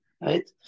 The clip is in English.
right